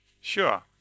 Sure